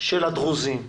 של הדרוזים,